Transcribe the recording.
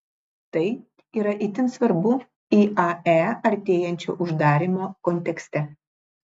tai yra itin svarbu iae artėjančio uždarymo kontekste